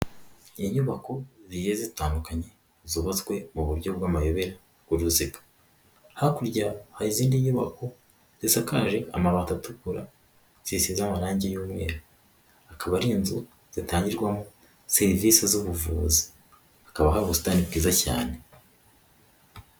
Ni inyubako zigiye zitandukanye, zubatswe mu buryo bw'amayobera bw'uruziga, hakurya hari izindi nyubako zisakaje amabati atukura, zisize amarangi y'umweru, akaba ari inzu zitangirwamo serivisi z'ubuvuzi, hakaba hari ubusitani bwiza cyane.